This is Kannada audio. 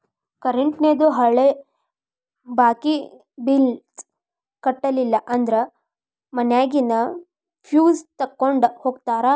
ಕರೆಂಟೇಂದು ಹಳೆ ಬಾಕಿ ಬಿಲ್ಸ್ ಕಟ್ಟಲಿಲ್ಲ ಅಂದ್ರ ಮನ್ಯಾಗಿನ್ ಫ್ಯೂಸ್ ತೊಕ್ಕೊಂಡ್ ಹೋಗ್ತಾರಾ